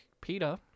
Peter